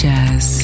Jazz